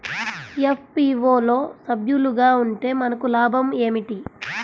FPO లో సభ్యులుగా ఉంటే మనకు లాభం ఏమిటి?